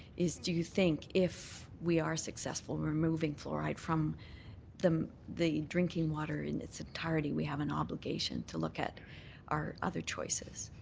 do you think if we are successful in removing fluoride from the the drinking water in its entirety we have an obligation to look at our other choices?